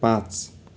पाँच